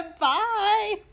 bye